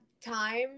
time